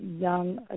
young